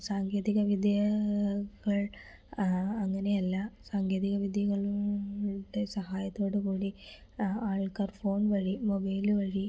സാങ്കേതിക വിദ്യകൾ അങ്ങനെയല്ല സാങ്കേതികവിദ്യകളുടെ സഹായത്തോടുകൂടി ആൾക്കാർ ഫോൺ വഴി മൊബൈല് വഴി